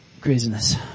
Craziness